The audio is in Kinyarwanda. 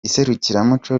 iserukiramuco